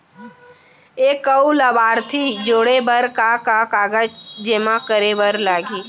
एक अऊ लाभार्थी जोड़े बर का का कागज जेमा करे बर लागही?